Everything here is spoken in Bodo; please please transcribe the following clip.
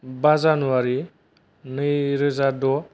बा जानुवारी नैरोजा द